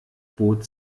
boot